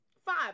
Five